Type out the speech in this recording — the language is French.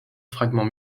fragment